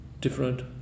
different